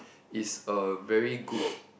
is a very good